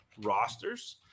rosters